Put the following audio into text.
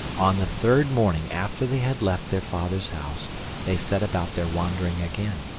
on the third morning after they had left their father's house they set about their wandering again,